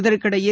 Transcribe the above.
இதற்கிடையே